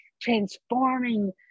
transforming